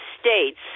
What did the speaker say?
States